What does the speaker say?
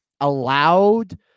allowed